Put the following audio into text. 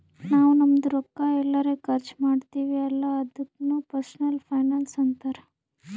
ನಾವ್ ನಮ್ದು ರೊಕ್ಕಾ ಎಲ್ಲರೆ ಖರ್ಚ ಮಾಡ್ತಿವಿ ಅಲ್ಲ ಅದುಕ್ನು ಪರ್ಸನಲ್ ಫೈನಾನ್ಸ್ ಅಂತಾರ್